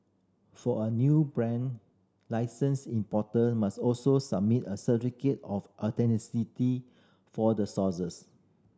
for a new brand licensed importer must also submit a certificate of for the sources